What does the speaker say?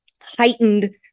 heightened